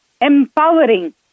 empowering